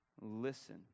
listen